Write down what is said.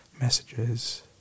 messages